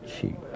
cheap